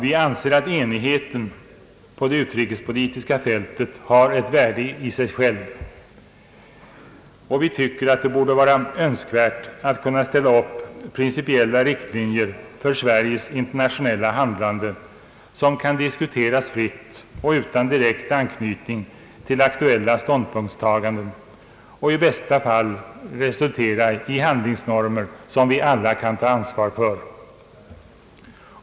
Vi anser att enigheten på det utrikespolitiska fältet har ett värde i sig själv, och vi anser det önskvärt att ställa upp principiella riktlinjer för Sveriges internationella handlande, som kan diskuteras fritt och utan direkt anknytning till aktuella ståndpunktstaganden och i bästa fall resultera i handlingsnormer som vi alla kan ta ansvar för.